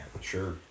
Sure